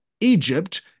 Egypt